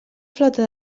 flota